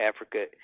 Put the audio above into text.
Africa